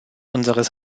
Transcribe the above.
unseres